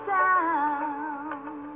down